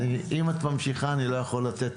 אם את ממשיכה אני לא יכול לתת,